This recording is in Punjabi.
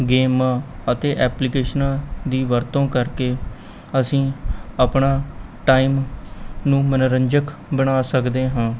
ਗੇਮਾਂ ਅਤੇ ਐਪਲੀਕੇਸ਼ਨਾਂ ਦੀ ਵਰਤੋਂ ਕਰਕੇ ਅਸੀਂ ਆਪਣਾ ਟਾਈਮ ਨੂੰ ਮਨੋਰੰਜਕ ਬਣਾ ਸਕਦੇ ਹਾਂ